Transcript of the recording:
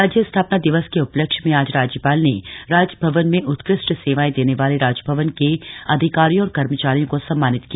राज्य स्थापना दिवस के उपलक्ष्य में आज राज्यपाल ने राजभवन में उत्कृष्ट सेवाएं देने वाले राजभवन के अधिकारियों और कर्मचारियों को सम्मानित किया